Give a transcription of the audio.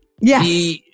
Yes